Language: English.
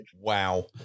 Wow